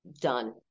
done